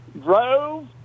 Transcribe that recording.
drove